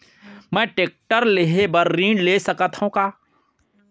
मैं टेकटर लेहे बर ऋण ले सकत हो का?